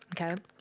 okay